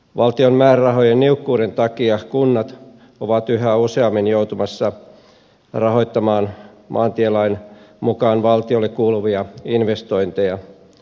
valtion määrärahojen niukkuuden takia kunnat ovat yhä useammin joutumassa rahoittamaan maantielain mukaan valtiolle kuuluvia investointeja